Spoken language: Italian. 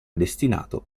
destinato